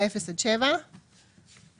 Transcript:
באפס עד שבעה קילומטר.